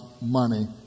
money